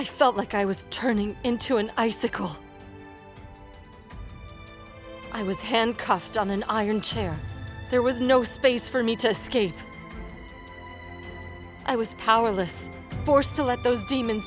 i felt like i was turning into an icicle i was handcuffed on an iron chair there was no space for me to escape i was powerless forced to let those demon